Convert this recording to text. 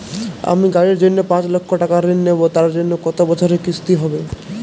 আমি গাড়ির জন্য পাঁচ লক্ষ টাকা ঋণ নেবো তার জন্য কতো বছরের কিস্তি হবে?